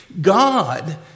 God